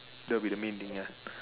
that will be the main thing ah